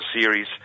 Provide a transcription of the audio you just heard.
series